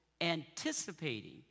anticipating